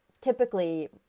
typically